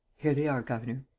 here they are, governor.